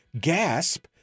gasp